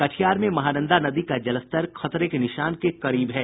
कटिहार में महानंदा नदी का जलस्तर खतरे के निशान के करीब है